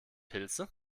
pilze